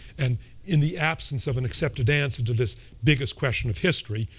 and in the absence of an accepted answer to this biggest question of history,